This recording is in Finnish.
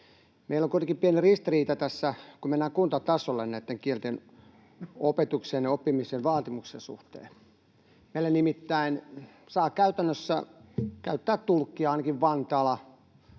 Meillä on kuitenkin pieni ristiriita tässä, kun mennään kuntatasolle näitten kielten opetuksen ja oppimisen vaatimusten suhteen. Meillä nimittäin saa käytännössä käyttää tulkkia ainakin Vantaalla